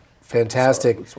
fantastic